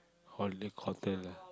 holler cotter lah